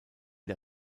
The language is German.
der